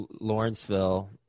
Lawrenceville